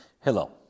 Hello